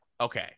okay